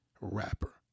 rapper